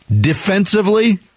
Defensively